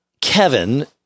Kevin